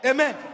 Amen